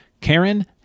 karen